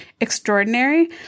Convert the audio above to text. extraordinary